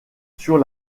sur